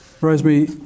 Rosemary